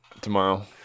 tomorrow